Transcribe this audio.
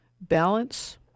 balance